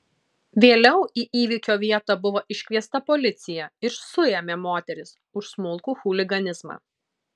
vėliau į įvykio vietą buvo iškviesta policija ir suėmė moteris už smulkų chuliganizmą